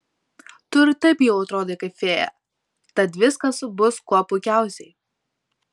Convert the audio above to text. tu ir taip jau atrodai kaip fėja tad viskas bus kuo puikiausiai